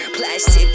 Plastic